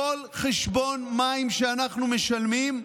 כל חשבון מים שאנחנו משלמים,